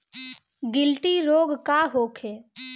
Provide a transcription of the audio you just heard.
गिल्टी रोग का होखे?